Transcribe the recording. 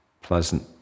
pleasant